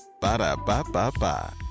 Ba-da-ba-ba-ba